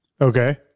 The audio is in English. Okay